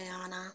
Ariana